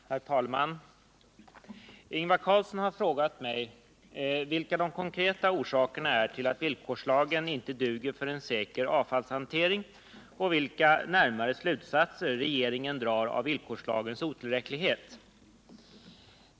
Herr talman! Ingvar Carlsson har frågat mig vilka de konkreta orsakerna är tillatt villkorslagen inte duger för en säker avfallshantering och vilka närmare slutsatser regeringen drar av villkorslagens otillräcklighet.